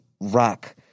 rock